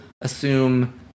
assume